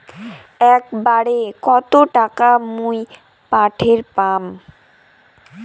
একবারে কত টাকা মুই পাঠের পাম?